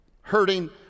hurting